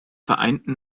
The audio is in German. vereinten